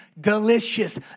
delicious